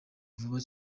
vuba